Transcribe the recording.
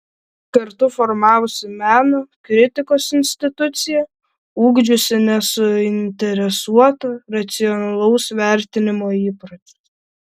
kartu formavosi meno kritikos institucija ugdžiusi nesuinteresuoto racionalaus vertinimo įpročius